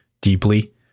deeply